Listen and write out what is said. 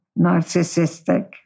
narcissistic